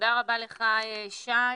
תודה רבה לך, שי.